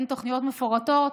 אין תוכניות מפורטות